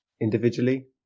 individually